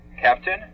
Captain